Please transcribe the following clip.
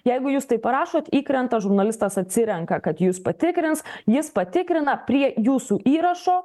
jeigu jūs tai parašot įkrenta žurnalistas atsirenka kad jus patikrins jis patikrina prie jūsų įrašo